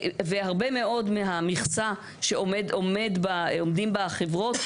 הרבה מאוד מהמכסה שעומדים בחברות,